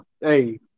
Hey